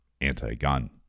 anti-gun